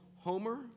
Homer